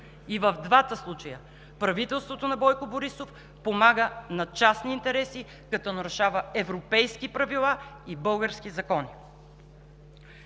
И в двата случая правителството на Бойко Борисов помага на частни интереси, като нарушава европейски правила и български закони.